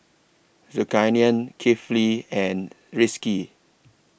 Zulkarnain Kefli and Rizqi